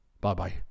bye-bye